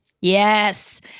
Yes